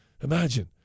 Imagine